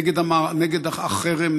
נגד החרם,